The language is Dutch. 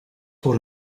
voor